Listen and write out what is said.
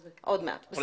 עוד מעט, בסדר.